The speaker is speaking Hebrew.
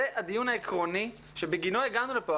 זה הדיון העקרוני שבגינו הגענו לפה.